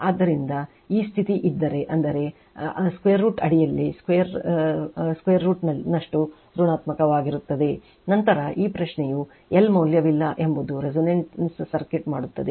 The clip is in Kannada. ಆದ್ದರಿಂದ ಈ ಸ್ಥಿತಿ ಇದ್ದರೆ ಅಂದರೆ √ ಅಡಿಯಲ್ಲಿ 2√ ನಷ್ಟು ಋಣಾತ್ಮಕವಾಗಿರುತ್ತದೆ ನಂತರ ಈ ಪ್ರಶ್ನೆಯು Lಮೌಲ್ಯವಿಲ್ಲ ಎಂಬುದು resonance ಸರ್ಕ್ಯೂಟ್ ಮಾಡುತ್ತದೆ